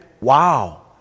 wow